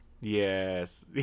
Yes